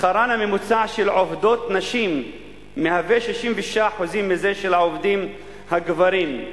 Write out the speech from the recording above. שכרן הממוצע של נשים עובדות מהווה 66% מזה של העובדים הגברים.